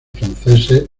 franceses